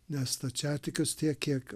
ne stačiatikius tiek kiek